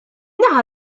naħa